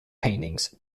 paintings